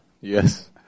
Yes